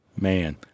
Man